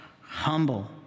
humble